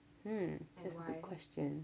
mm that's a good question